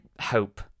hope